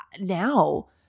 now